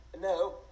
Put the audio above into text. No